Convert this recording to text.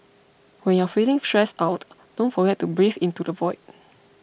when you are feeling stressed out don't forget to breathe into the void